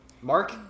Mark